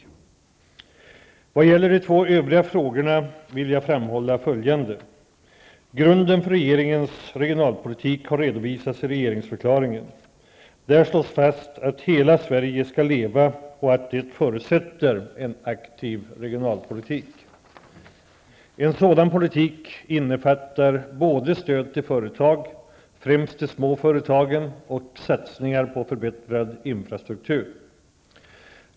När det gäller de två övriga frågorna vill jag framhålla följande: Grunden för regeringens regionalpolitik har redovisats i regeringsförklaringen. Där slås fast att hela Sverige skall leva och att det förutsätter en aktiv regionalpolitik. En sådan politik innefattar både stöd till företag, främst de små företagen, och satsningar på förbättrad infrastruktur.